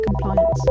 compliance